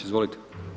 Izvolite.